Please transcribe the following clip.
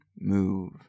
move